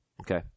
Okay